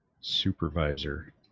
supervisor